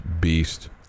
beast